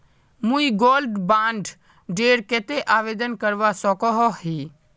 मुई gold bond डेर केते आवेदन करवा सकोहो ही?